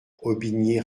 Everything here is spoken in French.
aubigné